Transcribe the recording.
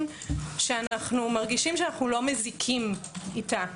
שאנו מרגישים שאנו לא מזיקים איתה.